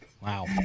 Wow